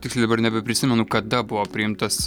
tiksliai dabar nebeprisimenu kada buvo priimtas